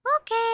Okay